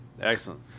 Excellent